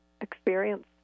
experience